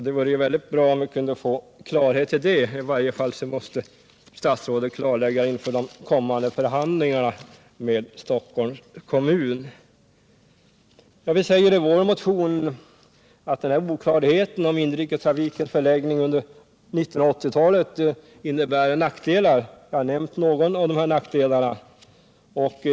Det vore bra om vi kunde få klarhet i det. I varje fall måste statsrådet klarlägga det inför de kommande förhandlingarna med Stockholms kommun. Vi säger i vår motion att oklarheten om inrikestrafikens förläggning under 1980-talet innebär nackdelar. Jag har nämnt någon av dem.